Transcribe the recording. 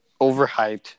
overhyped